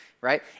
right